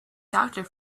doctor